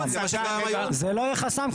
זה לא יהיה חסם.